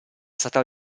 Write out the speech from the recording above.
stata